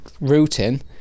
routine